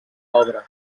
obra